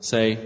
Say